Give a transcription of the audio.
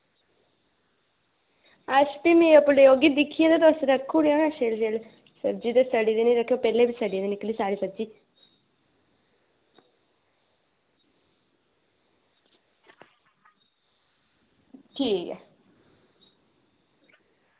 अच्छा ते में औगी ना ते तुस रक्खी ओड़ेओ शैल शैल सब्जी ते सड़ी दी निं रक्खेओ पैह्लें बी सड़ी दी निकली सब्जी